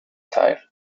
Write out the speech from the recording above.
teil